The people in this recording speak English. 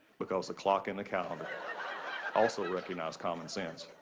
because the clock and the calendar also recognize common sense.